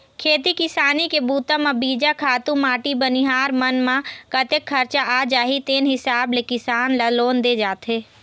खेती किसानी के बूता म बीजा, खातू माटी बनिहार मन म कतेक खरचा आ जाही तेन हिसाब ले किसान ल लोन दे जाथे